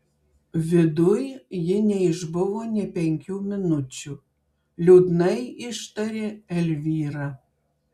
viduj ji neišbuvo nė penkių minučių liūdnai ištarė elvyra